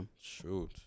Shoot